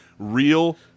real